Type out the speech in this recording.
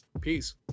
Peace